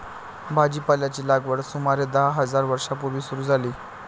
भाजीपाल्याची लागवड सुमारे दहा हजार वर्षां पूर्वी सुरू झाली